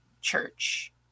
church